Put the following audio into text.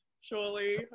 surely